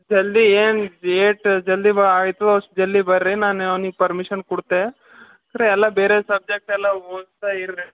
ಜಲ್ದಿ ಏನು ಏಟ್ ಜಲ್ದಿ ಬ ಆಯಿತು ಅಷ್ಟು ಜಲ್ದಿ ಬರ್ರಿ ನಾನು ಅವ್ನಿಗೆ ಪರ್ಮಿಷನ್ ಕೊಡ್ತೆ ಖರೆ ಎಲ್ಲ ಬೇರೆ ಸಬ್ಜೆಕ್ಟ್ ಎಲ್ಲ ಓದಿಸ್ತಾ ಇರ್ರಿ